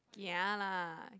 kia lah